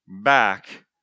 back